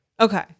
Okay